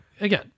again